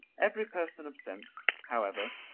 every person of sense, however,